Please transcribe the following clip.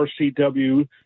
RCW